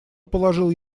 положил